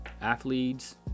athletes